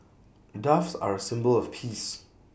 doves are A symbol of peace